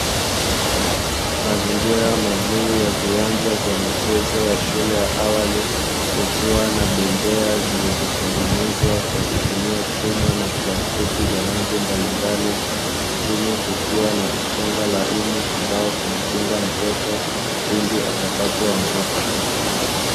Mazingira mazuri ya viwanja vya michezo ya shule ya awali, kukiwa na bembea zilizotengenezwa kwa kutumia chuma na plastiki za rangi mbalimbali, chini kukiwa na mchanga laini ambao humkinga mtoto pindi atakapoanguka.